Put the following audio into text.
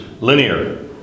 linear